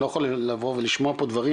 אני לא יכול לבוא ולשמוע פה דברים.